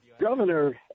Governor